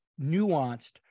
nuanced